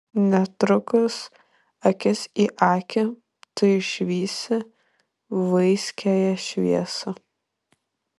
netrukus akis į akį tu išvysi vaiskiąją šviesą